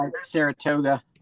Saratoga